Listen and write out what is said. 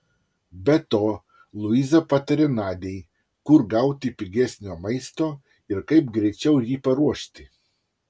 be to luiza patarė nadiai kur gauti pigesnio maisto ir kaip greičiau jį paruošti